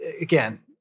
again